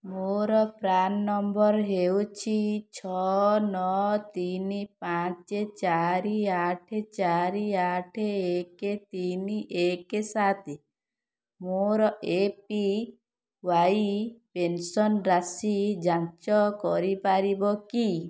ମୋର PRAN number ହେଉଛି ଛଅ ନଅ ତିନି ପାଞ୍ଚ ଚାରି ଆଠ ଚାରି ଆଠ ଏକ ତିନି ଏକ ସାତ ମୋର ଏ ପି ୱାଇ ପେନ୍ସନ୍ ରାଶି ଯାଞ୍ଚ୍ କରିପାରିବ କି